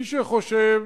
מי שחושב